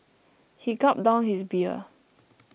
he gulped down his beer